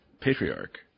patriarch